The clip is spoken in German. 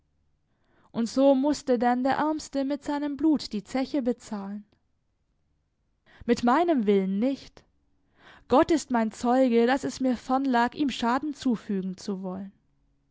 und so mußte denn der ärmste mit seinem blut die zeche bezahlen mit meinem willen nicht gott ist mein zeuge daß es mir fern lag ihm schaden zufügen zu wollen